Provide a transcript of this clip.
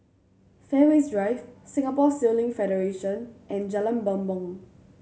Fairways Drive Singapore Sailing Federation and Jalan Bumbong